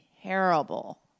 terrible